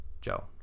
joe